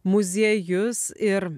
muziejus ir